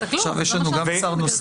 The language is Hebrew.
יש לנו גם שר נוסף.